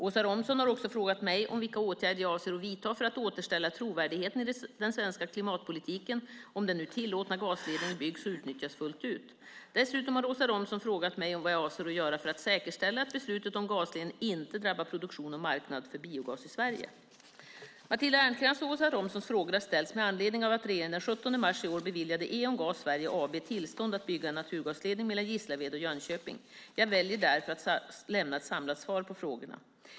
Åsa Romson har också frågat mig vilka åtgärder jag avser att vidta för att återställa trovärdigheten i den svenska klimatpolitiken om den nu tillåtna gasledningen byggs och utnyttjas fullt ut. Dessutom har Åsa Romson frågat mig vad jag avser att göra för att säkerställa att beslutet om gasledningen inte drabbar produktion och marknad för biogas i Sverige. Matilda Ernkrans och Åsa Romsons frågor har ställts med anledning av att regeringen den 17 mars i år beviljade Eon Gas Sverige AB tillstånd att bygga en naturgasledning mellan Gislaved och Jönköping. Jag väljer därför att lämna ett samlat svar på frågorna.